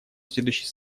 следующий